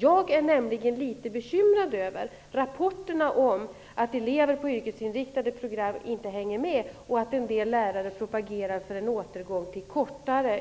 Jag är litet bekymrad över rapporterna om att elever på yrkesinriktade program inte hänger med och att en del lärare propagerar för en återgång till kortare